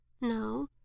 No